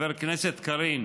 חברת הכנסת קארין.